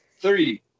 Three